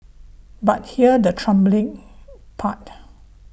but here's the troubling part